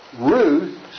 Ruth